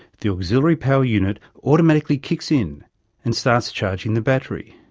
the auxiliary power unit automatically kicks in and starts charging the battery.